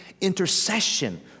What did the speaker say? intercession